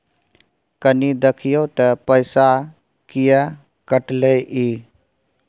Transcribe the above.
कनी देखियौ त पैसा किये कटले इ?